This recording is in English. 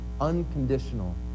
unconditional